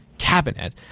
cabinet